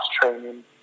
training